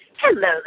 Hello